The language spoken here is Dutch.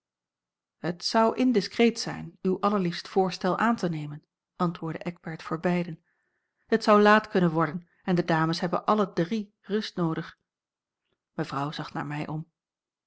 het zou indiscreet zijn uw allerliefst voorstel aan te nemen antwoordde eckbert voor beiden het zou laat kunnen worden en de dames hebben allen drie rust noodig mevrouw zag naar mij om